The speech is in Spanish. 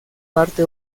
parte